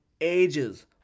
ages